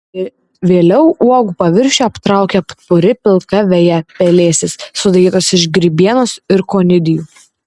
vėliau uogų paviršių aptraukia puri pilka veja pelėsis sudarytas iš grybienos ir konidijų